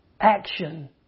action